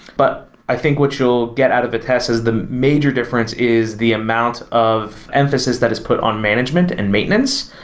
but i think what you'll get out of vitess is the major difference is the amount of emphasis that is put on management and maintenance,